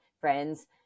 friends